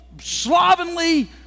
slovenly